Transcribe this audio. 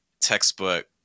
textbook